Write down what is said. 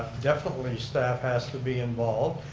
definitely staff has to be involved,